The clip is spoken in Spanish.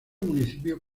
municipio